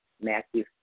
Matthew